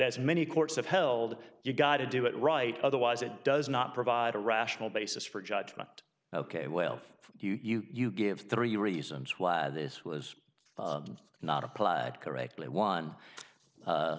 as many courts have held you gotta do it right otherwise it does not provide a rational basis for judgment ok well if you give three reasons why this was not applied correctly one